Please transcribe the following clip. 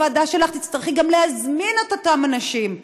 בוועדה שלך תצטרכי גם להזמין את אותם אנשים,